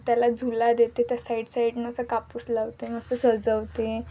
त्याला झुला देते त्या साईड साईडनं असं कापूस लावते मस्त सजवते